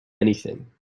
anything